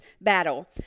battle